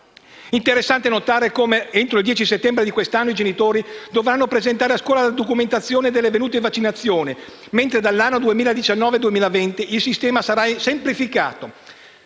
interessante notare come entro il 10 settembre di quest'anno i genitori dovranno presentare a scuola la documentazione delle avvenute vaccinazioni, mentre dall'anno 2019-2020 il sistema sarà semplificato